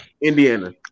Indiana